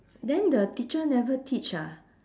then the teacher never teach ah